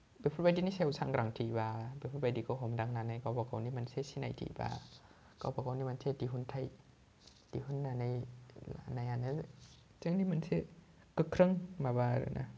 बेफोरबायदिनि सायाव सांग्रांथि बा बेफोरबायदिखौ हमदांनानै गावबा गावनि मोनसे सिनायथि बा गावबा गावनि मोनसे दिहुन्थाइ दिहुननोनै लानायानो जोंनि मोनसे गोख्रों माबा आरो ना